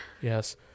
Yes